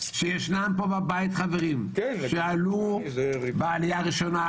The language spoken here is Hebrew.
שישנם פה בבית חברים שעלו בעלייה הראשונה,